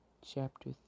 chapter